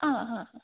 ആ ആ